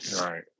right